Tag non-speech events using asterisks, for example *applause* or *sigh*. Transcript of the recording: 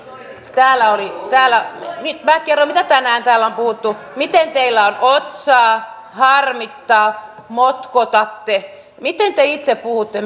täällä oli minä kerron mitä tänään täällä on puhuttu miten teillä on otsaa harmittaa motkotatte miten te itse puhutte *unintelligible*